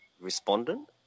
respondent